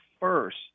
first